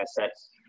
assets